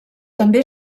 també